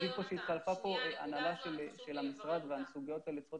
התחלפה ההנהלה של המשרד והסוגיות האלה צריכות